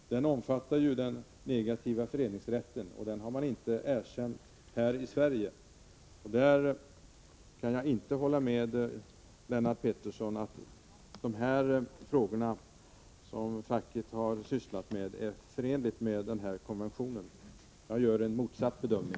De reglerna omfattar den negativa föreningsrätten, och den har vi inte erkänt här i Sverige. Jag kan således inte hålla med Lennart Pettersson om att det är förenligt med den konventionen att syssla med de frågor som facket här har tagit upp. Jag gör en motsatt bedömning.